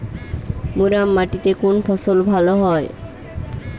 মুরাম মাটিতে কোন ফসল ভালো হয়?